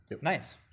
Nice